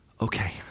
okay